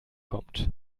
kommt